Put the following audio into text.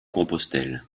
compostelle